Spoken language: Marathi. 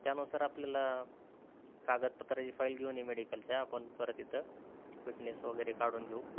त्यानुसार आपल्याला कागदपत्राची फाईल घेऊन ये मेडिकलच्या आपण परत इथं फिटनेस वगैरे काढून घेऊ